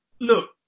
Look